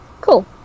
Cool